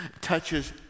touches